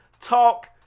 talk